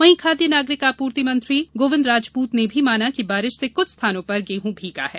वहीं खाद्य नागरिक आपूर्ति मन्त्री गोविन्द राजपूत ने भी माना कि बारिश से कुछ स्थानों पर गेंहू भीगा है